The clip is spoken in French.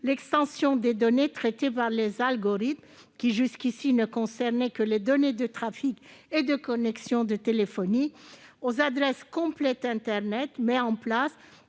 l'extension des données traitées par les algorithmes, qui jusqu'ici ne concernaient que les données de trafic et de connexion de téléphonie, aux adresses complètes internet met en place